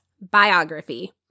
biography